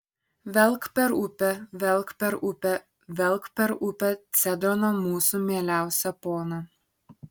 velk per upę velk per upę velk per upę cedrono mūsų mieliausią poną